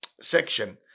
section